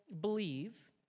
believe